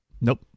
Nope